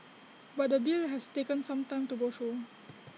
but the deal has taken some time to go through